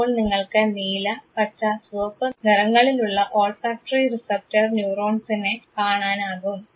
ഇപ്പോൾ നിങ്ങൾക്ക് നീല പച്ച ചുവപ്പ് നിറങ്ങളിലുള്ള ഓൾഫാക്ടറി റിസപ്പ്റ്റർ ന്യൂറോൺസിനെ കാണാനാകും